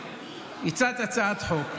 הצעת הצעת חוק,